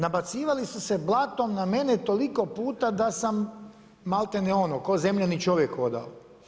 Nabacivali su se blatom na mene, toliko puta da sam, maltene ono, ko zemljani čovjek hodao.